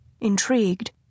Intrigued